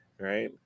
Right